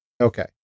Okay